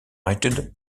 united